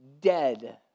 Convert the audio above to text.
dead